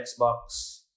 Xbox